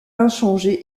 inchangé